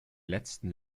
letzten